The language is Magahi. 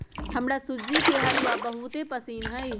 हमरा सूज्ज़ी के हलूआ बहुते पसिन्न हइ